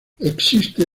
existe